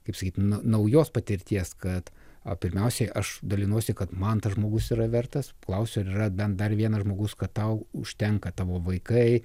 kaip sakyti naujos patirties kad o pirmiausiai aš dalinuosi kad man tas žmogus yra vertas klausiu ar yra bent dar vienas žmogus kad tau užtenka tavo vaikai